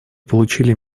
получили